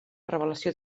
revelació